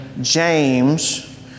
James